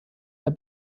der